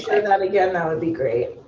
that um again. that would be great.